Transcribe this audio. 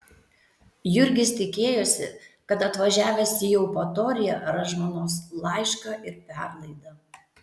jurgis tikėjosi kad atvažiavęs į eupatoriją ras žmonos laišką ir perlaidą